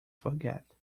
forget